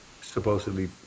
supposedly